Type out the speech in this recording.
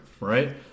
right